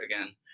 again